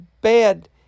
bad